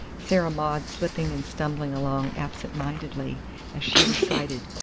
sarah maud slipping and stumbling along absent-mindedly as she recited,